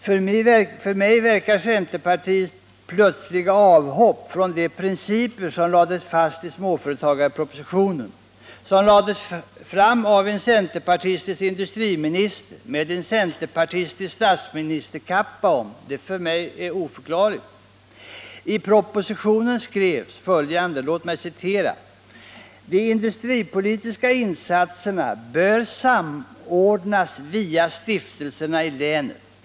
För mig verkar centerpartiets plötsliga avhopp från de principer som lades fast i småföretagarpropositionen, vilken presenterades av en centerpartistisk industriminister med en centerpartistisk statsministerkappa om, oförklarligt. I propositionen skrevs följande — låt mig citera: ”De industripolitiska insatserna bör samordnas via stiftelserna i länet.